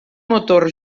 motor